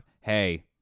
hey